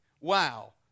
wow